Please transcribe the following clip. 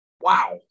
wow